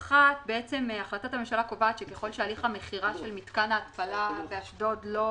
בעצם החלטת הממשלה קובעת שככל שהליך המכירה של מתקן ההתפלה באשדוד לא